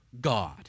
God